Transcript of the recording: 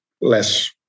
less